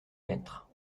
mettre